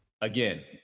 again